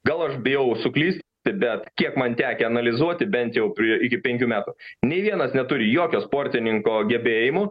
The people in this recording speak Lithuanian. gal aš bijau suklysti bet kiek man tekę analizuoti bent jau pri iki penkių metų nei vienas neturi jokio sportininko gebėjimų